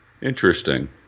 Interesting